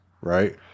right